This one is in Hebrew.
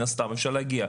אי אפשר להגיע.